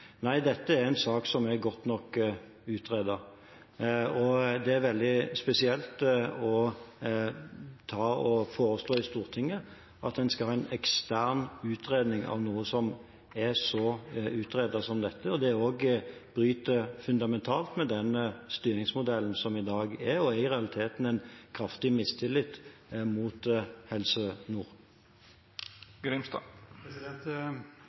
Nei, dette er en sak som er godt nok utredet, og det er veldig spesielt å foreslå i Stortinget at en skal ha en ekstern utredning av noe som er så utredet som dette. Det bryter også fundamentalt med det som er styringsmodellen i dag, og er i realiteten en kraftig mistillit mot Helse